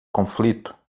conflito